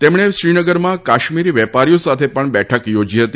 તેમણે શ્રીનગરમાં કાશ્મીરી વેપારીઓ સાથે પણ બેઠક યોજી હતી